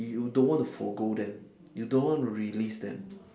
you don't want to forego them you don't want to release them